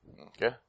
Okay